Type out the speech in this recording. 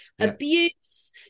abuse